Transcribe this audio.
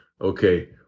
okay